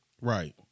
Right